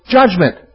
judgment